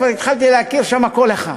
כבר התחלתי להכיר שם כל אחד.